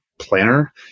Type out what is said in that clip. planner